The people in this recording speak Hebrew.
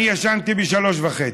אני ישנתי ב-03:30,